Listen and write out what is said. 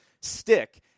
stick